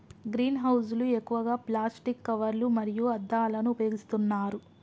green house లు ఎక్కువగా plastic కవర్లు మరియు అద్దాలను ఉపయోగిస్తున్నారు